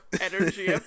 energy